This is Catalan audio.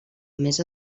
més